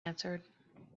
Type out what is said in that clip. answered